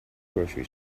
grocery